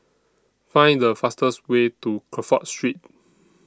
Find The fastest Way to Crawford Street